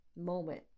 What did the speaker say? moment